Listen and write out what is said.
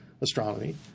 astronomy